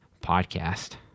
podcast